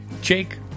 Jake